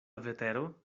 vetero